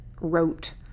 wrote